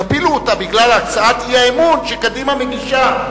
יפילו אותה בגלל הצעת האי-אמון שקדימה מגישה,